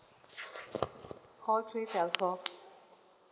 call three telco